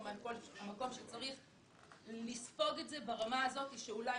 הם המקום שצריך לספוג את זה ברמה הזאת שאולי